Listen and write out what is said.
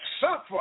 suffer